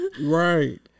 Right